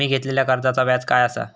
मी घेतलाल्या कर्जाचा व्याज काय आसा?